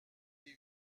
des